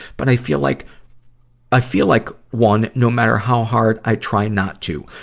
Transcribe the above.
but i feel like i feel like one, no matter how hard i try not to.